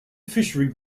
fishery